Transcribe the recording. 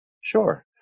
Sure